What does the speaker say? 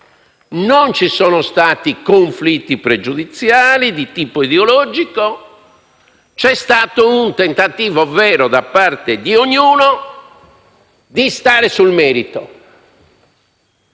ostruzionistici, né conflitti pregiudiziali di tipo ideologico. C'è stato un tentativo vero da parte di ognuno di stare sul merito;